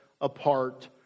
Apart